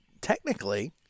technically